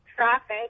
traffic